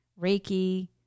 Reiki